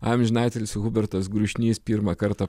amžinatilsį hubertas grušnys pirmą kartą